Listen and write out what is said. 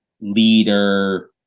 leader